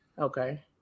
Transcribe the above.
Okay